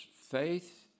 faith